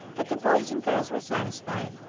but the boys and girls were satisfied,